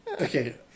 okay